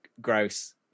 Gross